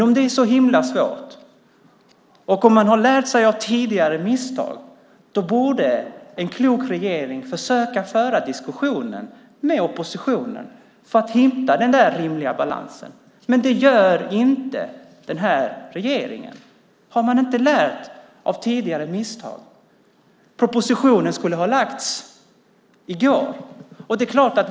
Om det är så himla svårt, och om man har lärt sig av tidigare misstag, borde en klok regering försöka föra en diskussion med oppositionen för att hitta den rimliga balansen. Men det gör inte den här regeringen. Har man inte lärt av tidigare misstag? Propositionen skulle ha lagts fram i går.